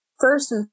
first